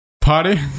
Party